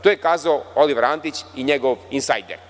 To je kazao Oliver Antić i njegov insajder.